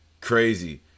crazy